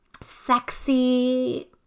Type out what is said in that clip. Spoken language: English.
sexy